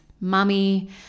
mummy